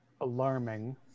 alarming